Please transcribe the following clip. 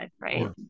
right